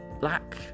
black